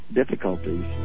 difficulties